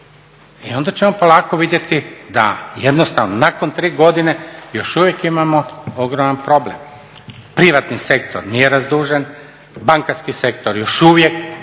i onda ćemo polako vidjeti da jednostavno nakon tri godine još uvijek imamo ogroman problem. Privatni sektor nije razdužen, bankarski sektor još uvijek ima